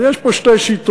אז יש פה שתי שיטות,